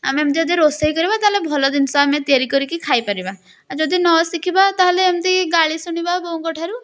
ଆମେ ଯଦି ରୋଷେଇ କରିବା ଆମେ ଭଲ ଜିନିଷ ତିଆରି କରି ଖାଇପାରିବା ଆଉ ଯଦି ନ ଶିଖିବା ଏମିତି ଗାଳି ଶୁଣିବ ବୋଉଙ୍କ ଠାରୁ